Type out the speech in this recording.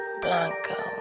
Blanco